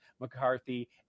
mccarthy